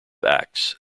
acts